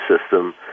system